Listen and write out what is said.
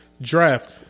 draft